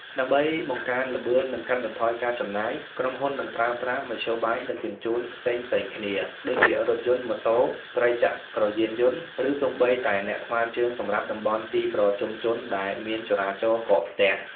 ដើម្បីបង្កើនល្បឿន និងកាត់បន្ថយការចំណាយ ក្រុមហ៊ុននឹងប្រើប្រាស់មធ្យោបាយដឹកជញ្ជូនផ្សេងៗគ្នា ដូចជារថយន្ត ម៉ូតូ ត្រីចក្រយានយន្ត ឬសូម្បីតែអ្នកថ្មើរជើងសម្រាប់តំបន់ទីប្រជុំជនដែលមានចរាចរណ៍កកស្ទះ។